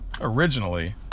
originally